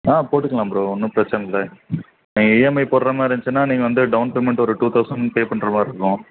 ஆ போட்டுக்கலாம் ப்ரோ ஒன்றும் பிரச்சனை இல்லை நீங்கள் இஎம்ஐ போடுற மாதிரி இருந்துச்சுன்னா நீங்கள் வந்து டவுன் பேமெண்ட் ஒரு டூ தௌசண்ட் பே பண்ணுற மாதிரி இருக்கும்